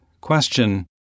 Question